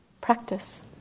practice